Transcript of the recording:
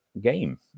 game